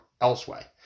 elsewhere